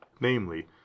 namely